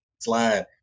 slide